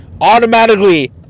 automatically